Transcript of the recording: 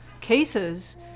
cases